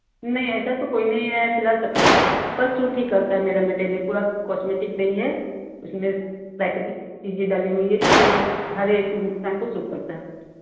नहीं ऐसा तो कोई नहीं है फ़िलहाल सब पर सूट ही करता है मेरा मेटेरल पूरा कॉस्मेटिक नहीं है उसमें प्राकृतिक चीज़ें डाली हुई हैं जिससे हर एक इंसान को सूट करता है